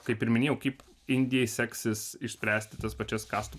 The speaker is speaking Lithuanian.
kaip ir minėjau kaip indijai seksis išspręsti tas pačias kastų